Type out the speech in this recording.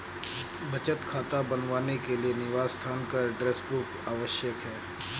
बचत खाता बनवाने के लिए निवास स्थान का एड्रेस प्रूफ आवश्यक है